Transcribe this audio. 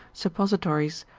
suppositories,